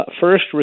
first